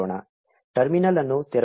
terminal ಅನ್ನು ತೆರವುಗೊಳಿಸಿ